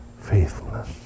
faithfulness